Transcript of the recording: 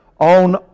On